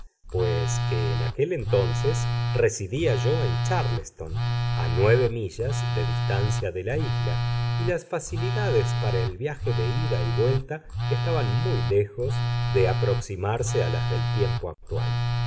pues que en aquel entonces residía yo en chárleston a nueve millas de distancia de la isla y las facilidades para el viaje de ida y vuelta estaban muy lejos de aproximarse a las del tiempo actual